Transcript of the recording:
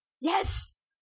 Yes